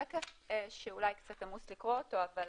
שקף שאולי קצת עמוס לקרוא אותו, אבל